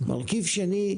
מרכיב שני,